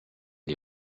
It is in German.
die